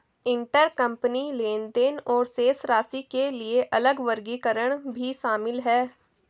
intercompany लेनदेन और शेष राशि के लिए अलग वर्गीकरण भी शामिल हैं